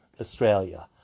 Australia